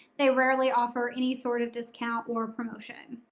they rarely offer any sort of discount or promotion.